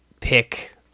pick